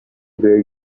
where